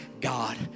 God